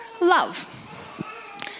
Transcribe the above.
love